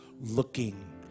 looking